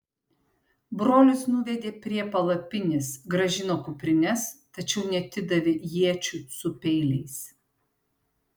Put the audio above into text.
brolius nuvedė prie palapinės grąžino kuprines tačiau neatidavė iečių su peiliais